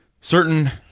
certain